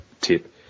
tip